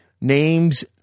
names